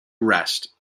rest